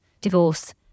divorce